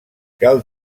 cal